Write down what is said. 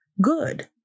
good